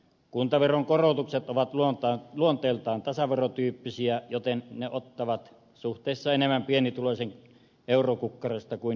kuntaveron korotukset ovat luonteeltaan tasaverotyyppisiä joten ne ottavat suhteessa enemmän pienituloisen eurokukkarosta kuin hyvätuloisen